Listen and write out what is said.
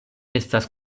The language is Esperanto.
estas